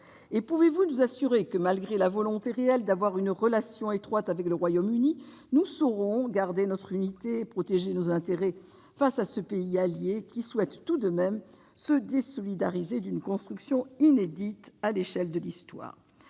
? Pouvez-vous nous assurer que la volonté de nouer une relation étroite avec le Royaume-Uni ne nous empêchera pas de garder notre unité et de protéger nos intérêts face à ce pays allié qui souhaite tout de même se désolidariser d'une construction inédite au regard de l'histoire ?